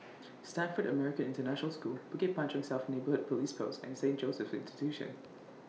Stamford American International School Bukit Panjang South Neighbour Police Post and Saint Joseph's Institution